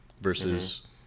versus